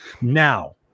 now